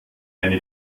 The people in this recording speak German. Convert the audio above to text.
eine